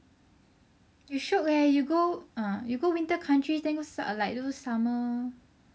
you shiok eh you go ah you go winter countries then you goes like summer